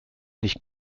nicht